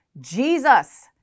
Jesus